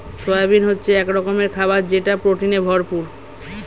soybean হচ্ছে এক রকমের খাবার যেটা প্রোটিনে ভরপুর